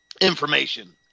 information